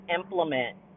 implement